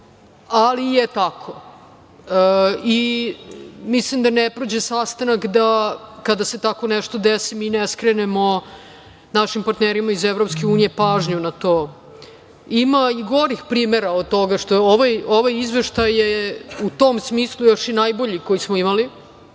ali je tako. Mislim da ne prođe sastanak da kada se tako nešto desi mi ne skrenemo našim partnerima iz EU pažnju na to. Ima i gorih primera od toga nego što je ovaj. Ovaj izveštaj je u tom smislu još i najbolji koji smo imali.